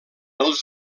els